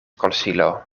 konsilo